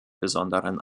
besonderen